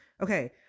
Okay